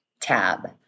tab